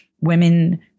women